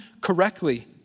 correctly